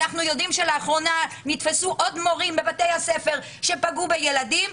אנחנו יודעים שלאחרונה נתפסו עוד מורים בבתי הספר שפגעו בילדים,